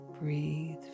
breathe